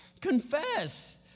Confess